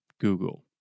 Google